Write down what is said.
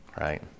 Right